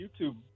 YouTube